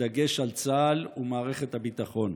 בדגש על צה"ל ומערכת הביטחון.